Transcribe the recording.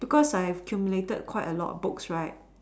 because I've accumulated quite a lot of books right